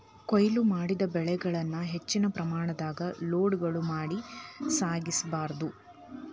ಕೋಯ್ಲು ಮಾಡಿದ ಬೆಳೆಗಳನ್ನ ಹೆಚ್ಚಿನ ಪ್ರಮಾಣದಾಗ ಲೋಡ್ಗಳು ಮಾಡಿ ಸಾಗಿಸ ಬಾರ್ದು